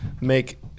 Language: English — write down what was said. make